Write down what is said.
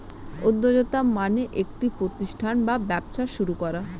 উদ্যোক্তা মানে একটি প্রতিষ্ঠান বা ব্যবসা শুরু করা